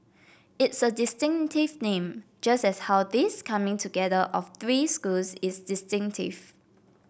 it's a distinctive name just as how this coming together of three schools is distinctive